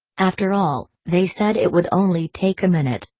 after all, they said it would only take a minute.